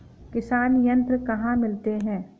किसान यंत्र कहाँ मिलते हैं?